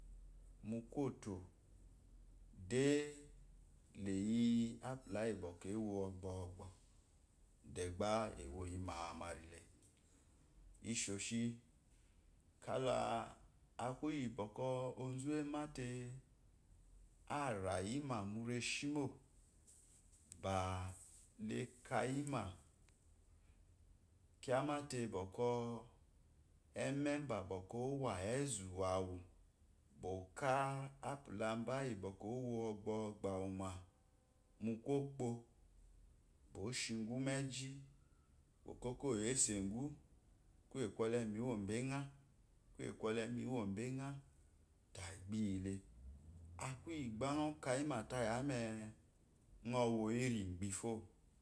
Múkúyotó de layi apula iyi iwo ɔbɛbəba ewo yi mari ma rile isoshi kálá akuyi bokə ozu amahe arayima mú reshimo bá llakayima kyamate bə kə eme bəkɛ ɛwa ezu awú bə ka apula ba iyi owó owo ogbwo gbwo wu ma mú kopó oshigu me zhi okaka oyesesu kuye kwole miyo biza akuiyi bá nɔkayi ma tayiu me nə yoyi rigbe fyo